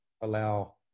allow